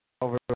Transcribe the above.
over